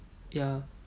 ya